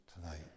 tonight